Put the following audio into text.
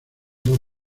dos